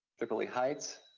tripoli heights,